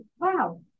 wow